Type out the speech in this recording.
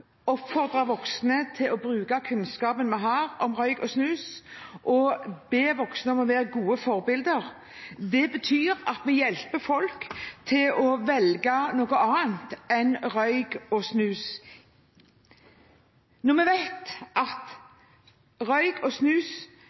oppfordre voksne til å bruke kunnskapen vi har om røyk og snus, og be voksne om å være gode forbilder. Det betyr at vi hjelper folk til å velge noe annet enn røyk og snus, når vi vet at røyk og snus